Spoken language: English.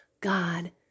God